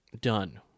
done